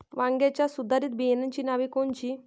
वांग्याच्या सुधारित बियाणांची नावे कोनची?